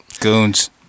Goons